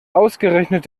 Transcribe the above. ausgerechnet